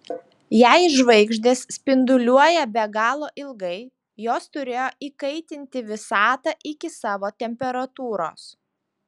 jei žvaigždės spinduliuoja be galo ilgai jos turėjo įkaitinti visatą iki savo temperatūros